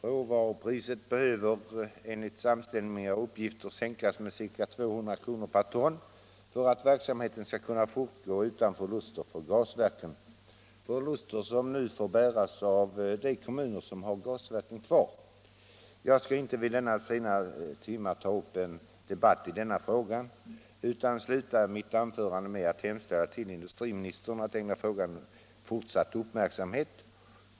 Råvarupriset behöver enligt samstämmiga uppgifter sänkas med ca 200 kr./ton för att verksamheten skall kunna fortgå utan förluster för gasverken. Förlusterna får nu bäras av de kommuner som har gasverk kvar. Jag skall inte vid denna sena timme ta upp en debatt i denna fråga utan avslutar mitt anförande med att hemställa till industriministern att ägna frågan fortsatt uppmärksamhet.